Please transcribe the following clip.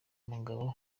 umugabo